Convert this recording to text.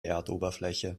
erdoberfläche